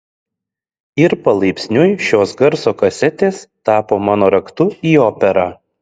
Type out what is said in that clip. ir palaipsniui šios garso kasetės tapo mano raktu į operą